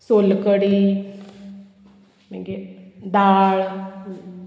सोलकडी मागीर दाळ